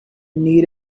need